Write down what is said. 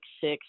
six